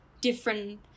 different